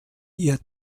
ihr